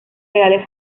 reales